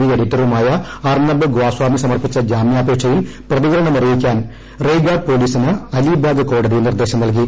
V എഡിറ്ററുമായ അർണബ് ഗോസ്വാമി സമർപ്പിച്ച ജാമ്യാപേക്ഷയിൽ പ്രതികരണ മറിയിക്കാൻ റെയ്ഗാഡ് പോലീസിന് അലിബാഗ് കോടതി നിർദ്ദേശം നൽകി